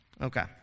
Okay